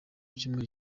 cyumweru